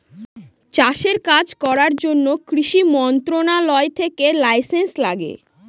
চাষের কাজ করার জন্য কৃষি মন্ত্রণালয় থেকে লাইসেন্স লাগে